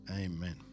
Amen